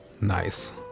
Nice